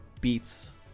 beats